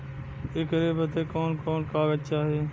ऐकर बदे कवन कवन कागज चाही?